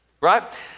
right